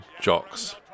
jocks